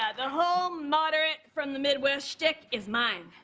ah the whole moderate from the midwest schtick is mine.